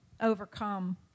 overcome